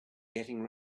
getting